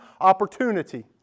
opportunity